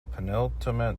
penultimate